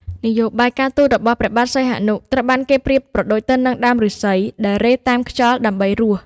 នយោបាយការទូតរបស់ព្រះបាទសីហនុត្រូវបានគេប្រៀបប្រដូចទៅនឹង "ដើមប្ញស្សី" ដែលរេតាមខ្យល់ដើម្បីរស់។